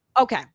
okay